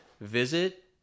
visit